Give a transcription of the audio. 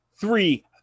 three